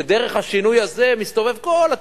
ודרך השינוי הזה מסתובבת כל התוכנית.